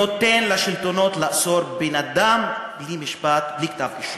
ונותן לשלטונות לעצור בן-אדם בלי משפט ובלי כתב-אישום.